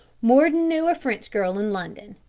mordon knew a french girl in london,